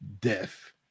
death